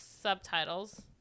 subtitles